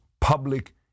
public